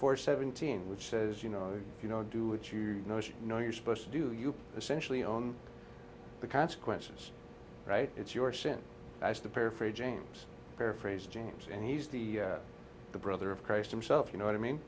four seventeen which says you know you you know do what you know you're supposed to do you essentially on the consequences right it's your sin as to paraphrase james paraphrase james and he's the brother of christ himself you know what i mean